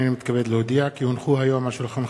36. אני קובעת שהצעת חוק הדיינים (תיקון,